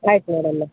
ಆಯ್ತು ಮೇಡಮ್ಮ